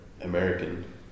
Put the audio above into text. American